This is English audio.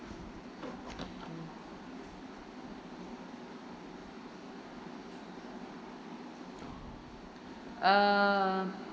uh